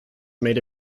made